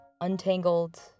untangled